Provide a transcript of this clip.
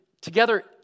together